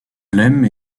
lemme